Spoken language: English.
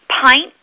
pint